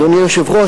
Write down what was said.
אדוני היושב-ראש,